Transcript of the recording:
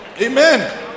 Amen